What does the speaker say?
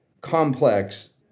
complex